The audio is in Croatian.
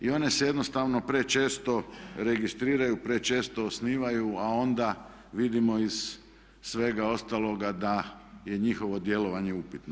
I one se jednostavno prečesto registriraju, prečesto osnivaju a onda vidimo iz svega ostaloga da je njihovo djelovanje upitno.